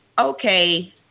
okay